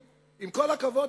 ועם כל הכבוד,